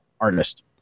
artist